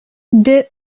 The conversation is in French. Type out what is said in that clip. deux